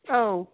औ